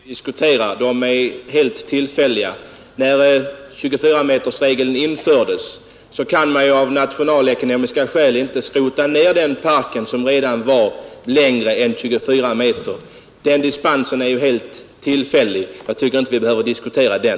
Herr talman! Det är inte dispensfordon vi diskuterar — det är helt tillfälliga. När 24-metersregeln infördes, kunde man av nationalekonomiska skäl inte skrota ned den bilpark som var längre än 24 meter. Den dispensen är ju helt tillfällig. Jag tycker inte att vi behöver diskutera den.